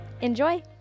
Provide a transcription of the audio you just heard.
Enjoy